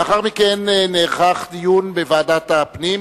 לאחר מכן נערך דיון בוועדת הפנים,